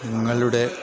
നിങ്ങളുടെ